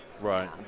Right